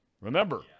remember –